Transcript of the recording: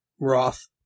Roth